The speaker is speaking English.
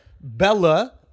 Bella